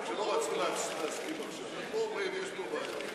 פה אומרים: יש פה בעיה.